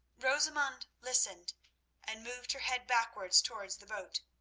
rosamund listened and moved her head backwards towards the boat.